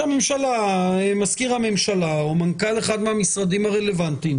שמזכיר הממשלה או מנכ"ל אחד מהמשרדים הרלוונטיים